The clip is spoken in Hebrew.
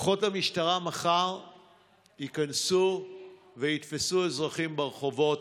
כוחות המשטרה מחר ייכנסו ויתפסו אזרחים ברחובות,